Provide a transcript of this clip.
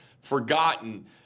forgotten